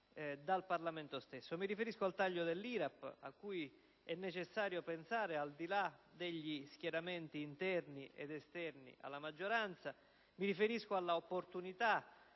dal Parlamento stesso. Mi riferisco al taglio dell'IRAP, cui è necessario pensare al di là degli schieramenti interni ed esterni alla maggioranza; mi riferisco all'opportunità